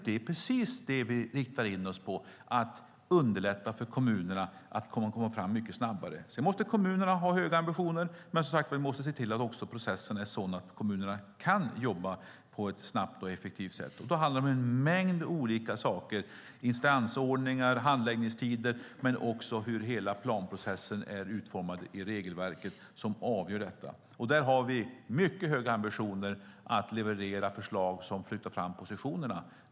Det är precis därför vi riktar in oss på att underlätta för kommunerna att komma fram snabbare. Sedan måste kommunerna ha höga ambitioner, men vi måste se till att processen är sådan att kommunerna kan jobba på ett snabbt och effektivt sätt. Det handlar om en mängd olika saker: instansordningar, handläggningstider och hur hela regelverket för planprocessen är utformat. Där har vi mycket höga ambitioner att leverera förslag som flyttar fram positionerna.